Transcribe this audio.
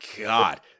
God